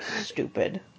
stupid